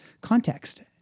context